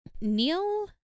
neil